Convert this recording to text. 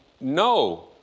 no